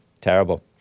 Terrible